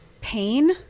pain